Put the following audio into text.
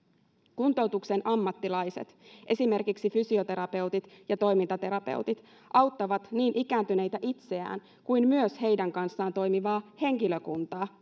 kuntoutuksen ammattilaiset esimerkiksi fysioterapeutit ja toimintaterapeutit auttavat niin ikääntyneitä itseään kuin myös heidän kanssaan toimivaa henkilökuntaa